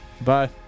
Bye